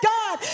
God